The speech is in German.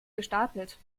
gestapelt